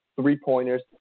three-pointers